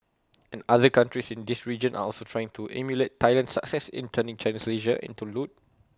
and other countries in this region are also trying to emulate Thailand's success in turning Chinese leisure into loot